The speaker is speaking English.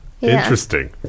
Interesting